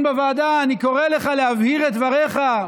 בוועדה: אני קורא לך להבהיר את דבריך,